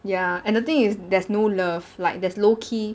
ya and the thing is there's no love like there's low key